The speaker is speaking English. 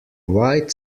white